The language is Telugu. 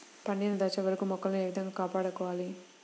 పండిన దశ వరకు మొక్కలను ఏ విధంగా కాపాడుకోవాలి?